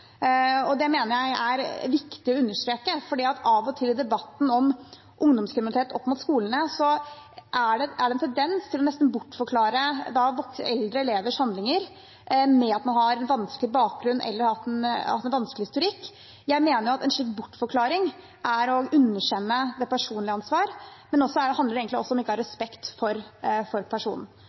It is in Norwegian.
Det mener jeg det er viktig å understreke, for av og til i debatten om ungdomskriminalitet opp mot skolene er det en tendens til nesten å bortforklare eldre elevers handlinger med at man har en vanskelig bakgrunn eller har hatt en vanskelig historikk. Jeg mener at en slik bortforklaring er å underkjenne det personlige ansvaret, men det handler også om ikke å ha respekt for personen.